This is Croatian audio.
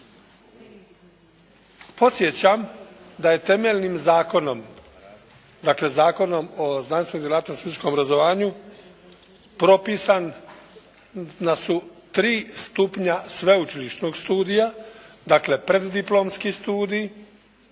Podsjećam da je temeljnim zakonom, dakle Zakonom o znanstvenim djelatnostima i stručnom obrazovanju propisan da su tri stupnja sveučilišnog studija, dakle preddiplomski studij,